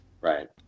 right